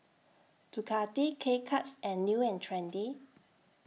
Ducati K Cuts and New and Trendy